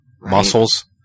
Muscles